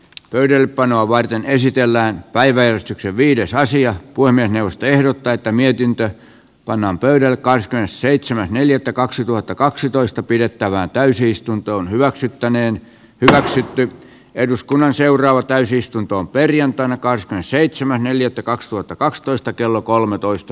yhden panoa varten esitellään päivä viides aasian puiminen josta ehdottaa että mietintö pannaan pöydälle kahdeskymmenesseitsemäs neljättä kaksituhattakaksitoista pidettävään täysistuntoon hyväksyttäneen hyväksytty eduskunnan seuraava täysistuntoon perjantainakaan seitsemän neljättä kaksituhattakaksitoista vaan toimenpiteitä